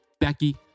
Becky